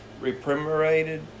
reprimanded